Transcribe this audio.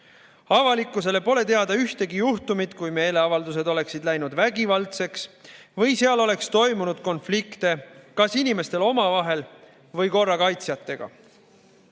jooksul. Avalikkusele pole teada ühtegi juhtumit, kui meeleavaldused oleksid läinud vägivaldseks või seal oleks toimunud konflikte kas inimestel omavahel või korrakaitsjatega.